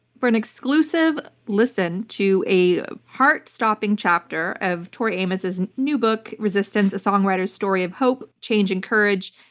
for an exclusive listen to a heart-stopping chapter of tori amos' new book resistance a songwriter's story of hope, change, and courage,